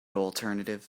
alternative